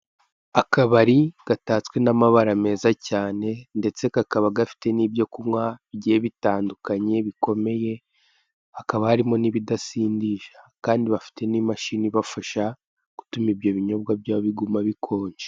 Akabari gatatswe n'amabara meza cyane ndetse kakaba gafite n'ibyokunywa bigiye bitandukanye bikomeye hakaba harimo n'ibidasindisha kandi bafite n'imashini ibafasha gutuma ibyo binyobwa byabo biguma bikonje.